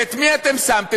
ואת מי אתם שמתם?